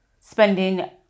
Spending